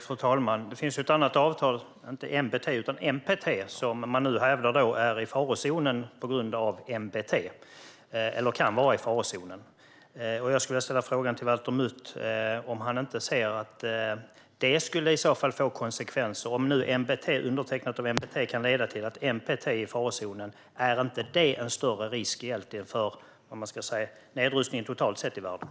Fru talman! Det finns ett annat avtal - inte NBT utan NPT - som man nu hävdar kan vara i farozonen på grund av NBT. Jag skulle vilja fråga Valter Mutt om han inte ser att det skulle kunna få konsekvenser. Om nu undertecknandet av NBT kan leda till att NPT är i farozonen, innebär inte det egentligen en större risk för nedrustningen i världen totalt sett?